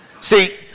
See